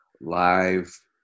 live